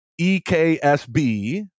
EKSB